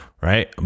right